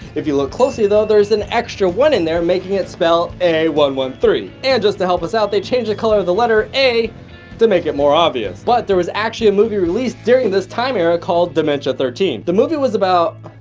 if you look closely though there's an extra one in there making it spell a one one three and just to help us out they changed the color of the letter a to make it more obvious, but there was actually a movie released during this time era called dementia thirteen. the movie was about.